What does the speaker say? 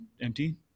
empty